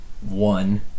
One